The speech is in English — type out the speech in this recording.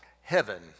heaven